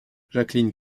jacqueline